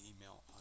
email